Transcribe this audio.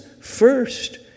first